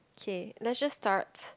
okay let's just start